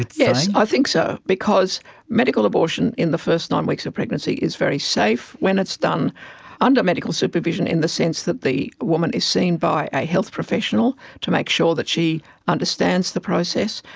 yes, i think so, because medical abortion in the first nine weeks of pregnancy is very safe when it's done under medical supervision in the sense that the woman is seen by a health professional to make sure that she understands the process,